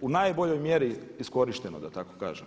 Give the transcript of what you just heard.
u najboljoj mjeri iskorišteno da tako kažem.